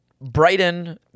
Brighton